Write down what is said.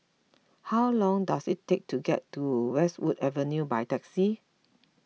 how long does it take to get to Westwood Avenue by taxi